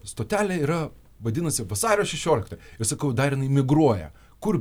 stotelė yra vadinasi vasario šešioliktą sakau dar jinai migruoja kur